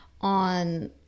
on